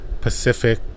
Pacific